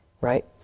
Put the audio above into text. right